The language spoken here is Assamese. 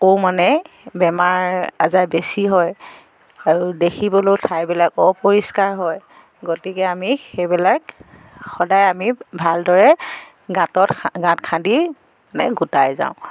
আকৌ মানে বেমাৰ আজাৰ বেছি হয় আৰু দেখিবলৈও ঠাইবিলাক অপৰিষ্কাৰ হয় গতিকে আমি সেইবিলাক সদায় আমি ভালদৰে গাঁতত গাঁত খান্দি মানে গোটাই যাওঁ